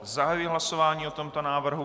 Zahajuji hlasování o tomto návrhu.